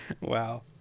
Wow